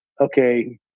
okay